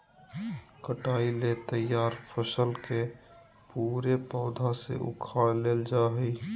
कटाई ले तैयार फसल के पूरे पौधा से उखाड़ लेल जाय हइ